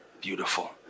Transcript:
Beautiful